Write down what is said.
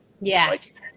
Yes